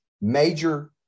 major